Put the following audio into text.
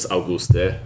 Auguste